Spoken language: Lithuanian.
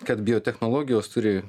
kad biotechnologijos turi